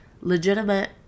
legitimate